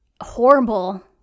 horrible